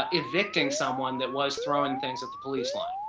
ah evicting someone, that was throwing things at the police line.